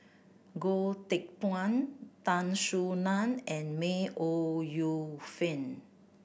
Goh Teck Phuan Tan Soo Nan and May Ooi Yu Fen